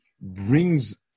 brings